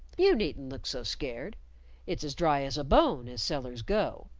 you needn't look so scared it's as dry as a bone, as cellars go.